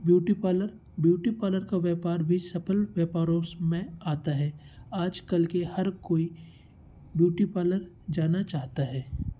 beauty parlour beauty parlour का व्यापार भी सफल व्यापारों में आता है आज कल के हर कोई ब्यूटी पालर जाना चाहता है